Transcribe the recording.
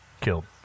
killed